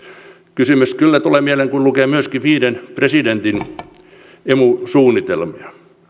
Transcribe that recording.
kysymys kyllä tulee mieleen kun lukee viiden presidentin emu suunnitelmia